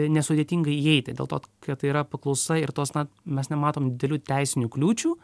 nesudėtingai įeiti dėl to kad tai yra paklausa ir tos na mes nematom didelių teisinių kliūčių